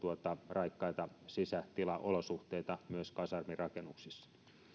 raikkaita sisätilaolosuhteita myös kasarmirakennuksissa